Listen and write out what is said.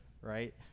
right